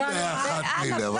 אם זה היה אחת מילא,